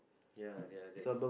ya ya this